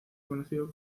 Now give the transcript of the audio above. conocido